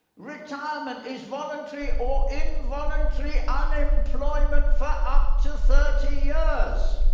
retirement is voluntary or involuntary unemployment for up to thirty years.